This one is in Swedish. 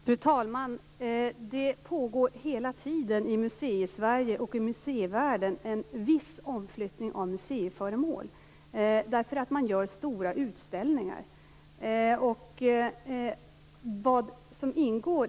Fru talman! Det pågår hela tiden i Museisverige och i museivärlden en viss omflyttning av museiföremål, eftersom man gör stora utställningar.